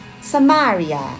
Samaria